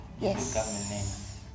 Yes